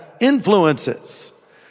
influences